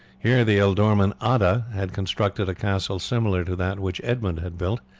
here the ealdorman adda had constructed a castle similar to that which edmund had built.